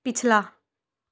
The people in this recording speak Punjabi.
ਪਿਛਲਾ